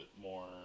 more